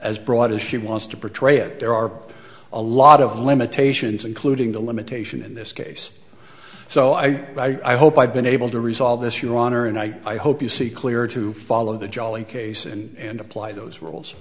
as broad as she wants to portray it there are a lot of limitations including the limitation in this case so i hope i've been able to resolve this your honor and i i hope you see clearer to follow the jolly case and apply those rules